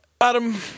Adam